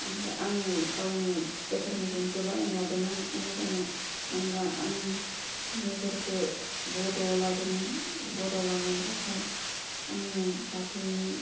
ओमफाय आङो गावनो गोथार मैखुनखौ बायना लादों नांगौ खोमा जानायाव होमबा आं मेजरखौ बड' लादोंमोन बर' लानायनि थाखाय आंनो बाथौनि